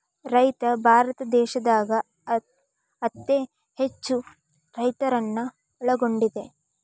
ರೈತ ಭಾರತ ದೇಶದಾಗ ಅತೇ ಹೆಚ್ಚು ರೈತರನ್ನ ಒಳಗೊಂಡಿದೆ